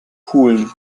pulen